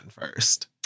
first